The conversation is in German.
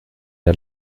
der